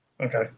Okay